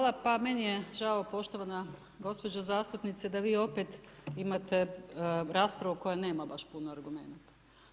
Pa meni je žao poštovana gospođo zastupnice da vi opet imate raspravu koja neba baš puno argumenata.